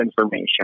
information